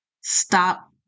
stop